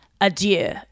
adieu